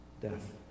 Death